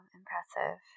impressive